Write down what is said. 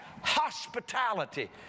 Hospitality